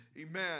Amen